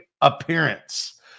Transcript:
appearance